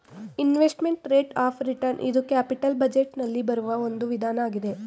investment rate of return ಇದು capital budget ನಲ್ಲಿ ಬರುವ ಒಂದು ವಿಧಾನ ಆಗಿದೆ